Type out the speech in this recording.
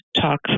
talk